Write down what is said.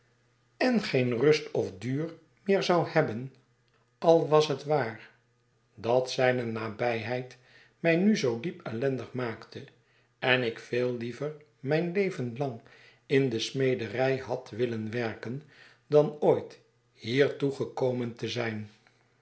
en geen rust ofduur meer zou hebben al was het waar dat zijne nabijheid mij nu zoo diep ellendig maakte en ik veel liever mijn leven lang in de smederij had willen werken dan ooit hiertoe gekomen te zijn